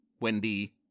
Wendy